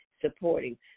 supporting